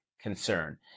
concern